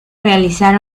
realizar